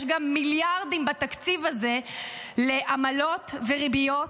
יש גם מיליארדים בתקציב הזה לעמלות וריביות,